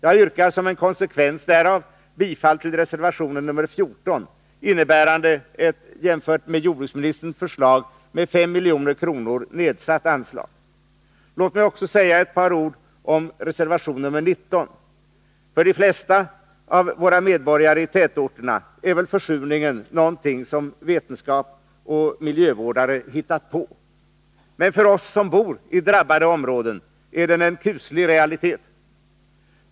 Jag yrkar som en konsekvens härav bifall till reservation 14, innebärande ett jämfört med jordbruksministerns förslag med 5 milj.kr. nedsatt anslag. Låt mig också säga ett par ord om reservation 19. För de flesta av våra medborgare i tätorterna är väl försurningen någonting som vetenskap och miljövårdare hittat på. Men för oss som bor i drabbade områden är den en kuslig realitet.